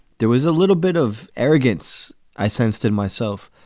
there was a little bit of arrogance i sensed in myself.